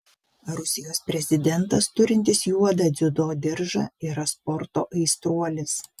rusijos prezidentas turintis juodą dziudo diržą yra sporto aistruolis